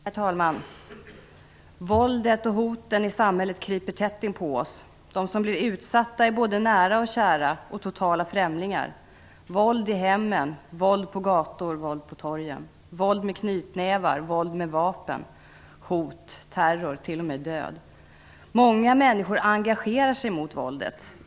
Herr talman! Våldet och hoten i samhället kryper tätt inpå oss. De som blir utsatta är både nära och kära och totala främlingar. Det är våld i hemmen, våld på gator, våld på torgen, våld med knytnävar, våld med vapen, hot, terror, t.o.m. död. Många människor engagerar sig mot våldet.